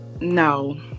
No